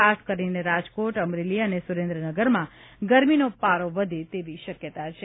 ખાસ કરીને રાજકોટ અમરેલી અને સુરેન્દ્રનગરમાં ગરમીનો પારો વધે તેવી શક્યતા છે